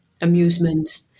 amusement